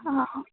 অঁ